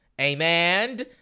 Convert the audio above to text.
Amen